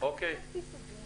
נמשיך לקרוא.